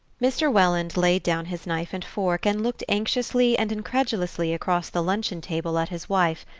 mr. welland laid down his knife and fork and looked anxiously and incredulously across the luncheon-table at his wife,